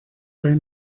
bei